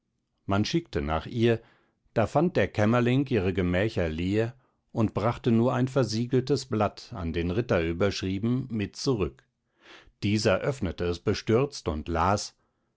man schickte nach ihr da fand der kämmerling ihre gemächer leer und brachte nur ein versiegeltes blatt an den ritter überschrieben mit zurück dieser öffnete es bestürzt und las